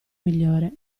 migliore